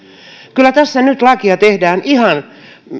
kyllä tässä nyt lakia tehdessä